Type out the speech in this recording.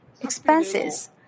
expenses